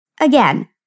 Again